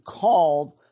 called